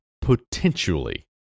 potentially